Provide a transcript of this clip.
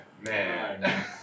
man